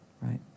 right